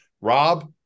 Rob